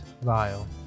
vial